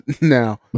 now